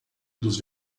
dos